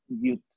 Youth